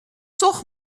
toch